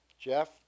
Jeff